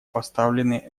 поставлены